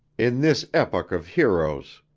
in this epoch of heroes!